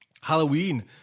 Halloween